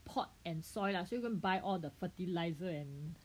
pot and soil ah so you need go and buy all the fertiliser and